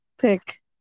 pick